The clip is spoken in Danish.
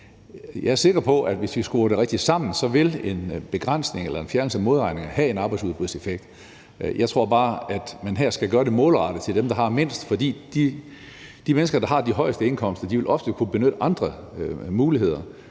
Jeg er sikker på, at hvis vi skruer det rigtigt sammen, så vil en begrænsning eller en fjernelse af modregningen have en arbejdsudbudseffekt. Jeg tror bare, at man her skal gøre det målrettet til dem, der har mindst. For de mennesker, der har de højeste indkomster, vil ofte kunne benytte andre muligheder.